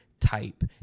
type